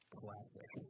classic